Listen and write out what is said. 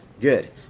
Good